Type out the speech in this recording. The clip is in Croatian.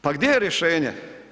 Pa gdje je rješenje?